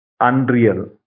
unreal